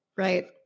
Right